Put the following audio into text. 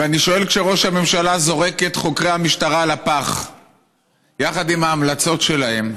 ואני שואל: כשראש הממשלה זורק את חוקרי המשטרה לפח יחד עם ההמלצות שלהם,